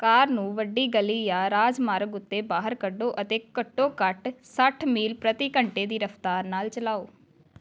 ਕਾਰ ਨੂੰ ਵੱਡੀ ਗਲੀ ਜਾਂ ਰਾਜਮਾਰਗ ਉੱਤੇ ਬਾਹਰ ਕੱਢੋ ਅਤੇ ਘੱਟੋ ਘੱਟ ਸੱਠ ਮੀਲ ਪ੍ਰਤੀ ਘੰਟੇ ਦੀ ਰਫ਼ਤਾਰ ਨਾਲ ਚਲਾਓ